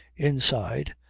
inside,